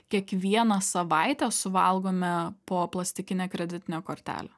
kiekvieną savaitę suvalgome po plastikinę kreditinę kortelę